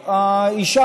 יהודים.